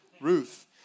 Ruth